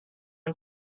own